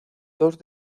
dos